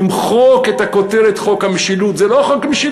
למחוק את הכותרת "חוק המשילות".